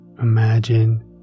imagine